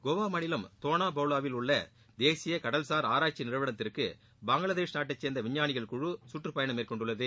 கோவா மாநிலம் தோனா பவுலாவில் உள்ள தேசிய கடல்சார் ஆராய்ச்சி நிறுவனத்திற்கு பங்களாதேஷ் நாட்டை சேர்ந்த விஞ்ஞானிகள் குழு சுற்றுப் பயணம் மேற்கொண்டுள்ளது